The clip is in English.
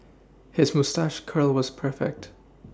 his moustache curl was perfect